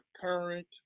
current